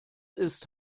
ist